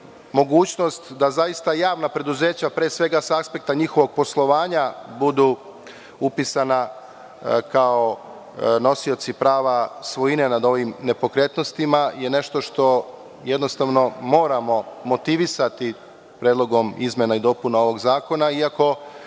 Mogućnost da zaista javna preduzeća, pre svega, sa aspekta njihovog poslovanja budu upisana kao nosioci prava svojine nad ovim nepokretnostima je nešto što jednostavno moramo motivisati Predlogom izmena i dopuna ovog zakona, iako